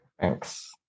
Thanks